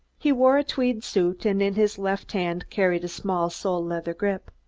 he wore a tweed suit, and in his left hand carried a small sole-leather grip.